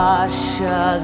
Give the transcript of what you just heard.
Russia